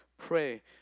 pray